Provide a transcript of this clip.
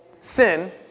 sin